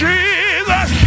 Jesus